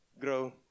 grow